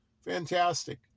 Fantastic